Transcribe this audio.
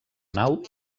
nau